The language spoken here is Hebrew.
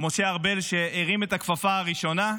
משה ארבל, שהרים את הכפפה הראשונה,